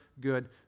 good